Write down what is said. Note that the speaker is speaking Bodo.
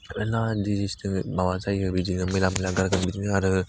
मेरला डिजिस दङो माबा जायो बिदिनो मैला मैला गारगोन बिदिनो आरो